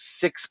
six